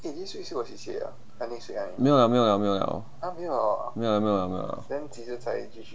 没有 liao 没有 liao 没有 liao ya 没有 liao 没有 liao 没有 liao